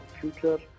future